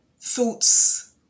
thoughts